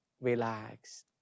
relax